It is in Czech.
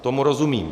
Tomu rozumím.